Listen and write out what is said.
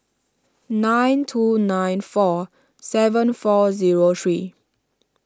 nine two nine four seven four zero three